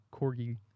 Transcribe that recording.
Corgi